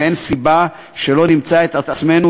ואין סיבה שלא נמצא את עצמנו,